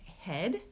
head